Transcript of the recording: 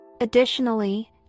Additionally